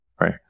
right